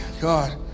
God